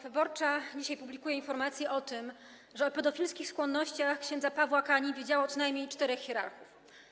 Wyborcza” dzisiaj publikuje informacje o tym, że o pedofilskich skłonnościach ks. Pawła Kani wiedziało co najmniej czterech hierarchów.